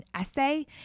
essay